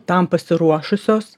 tam pasiruošusios